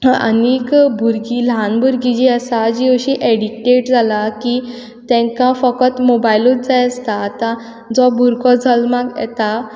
आनीक भुरगीं ल्हान ल्हान भुरगीं जीं आसा जीं अशीं एडिक्टेड जालां की तेंकां फकत मोबायलूच जाय आसता आतां जो भुरगो जल्मांक येता